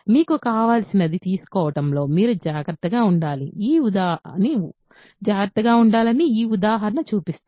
మీకు కావలసినది తీసుకోవడంలో మీరు జాగ్రత్తగా ఉండాలని ఈ ఉదాహరణ చూపిస్తుంది